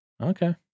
Okay